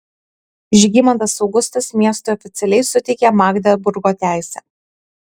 žygimantas augustas miestui oficialiai suteikė magdeburgo teisę